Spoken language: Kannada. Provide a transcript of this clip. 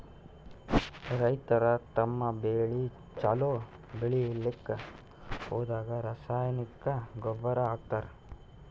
ರೈತರ್ ತಮ್ಮ್ ಬೆಳಿ ಛಲೋ ಬೆಳಿಲಿಕ್ಕ್ ಹೊಲ್ದಾಗ ರಾಸಾಯನಿಕ್ ಗೊಬ್ಬರ್ ಹಾಕ್ತಾರ್